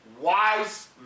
wise